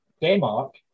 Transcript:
Denmark